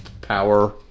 power